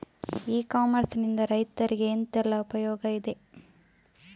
E commerce ನಿಂದ ರೈತರಿಗೆ ಎಂತೆಲ್ಲ ಉಪಯೋಗ ಇದೆ?